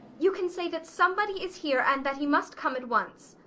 you can say that somebody is here, and that he must come at once.